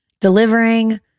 delivering